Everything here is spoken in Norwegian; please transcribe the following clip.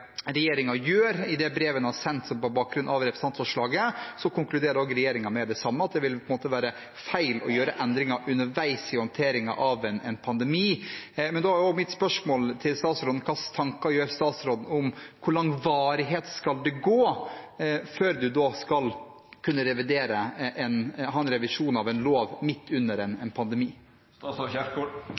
gjør i brevet en har sendt på bakgrunn av representantforslaget, konkluderer regjeringen med det samme – at det vil være feil å gjøre endringer underveis i håndteringen av en pandemi. Da er mitt spørsmål til statsråden hvilke tanker statsråden gjør seg om hvor lang varighet man skal ha, før man kan ha revisjon av en lov midt under en